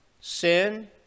sin